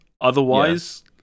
Otherwise